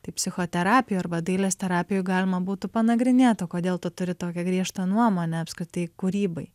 tai psichoterapijoj arba dailės terapijoj galima būtų panagrinėt kodėl tu turi tokią griežtą nuomonę apskritai kūrybai